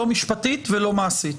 לא משפטית ולא מעשית.